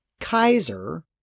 Kaiser